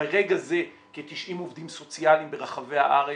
ברגע זה כ-90 עובדים סוציאליים ברחבי הארץ,